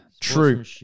True